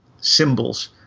symbols